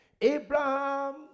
Abraham